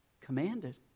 commanded